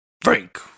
Frank